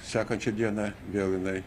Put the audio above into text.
sekančią dieną vėl jinai